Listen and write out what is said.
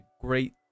great